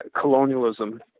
Colonialism